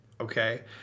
okay